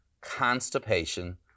constipation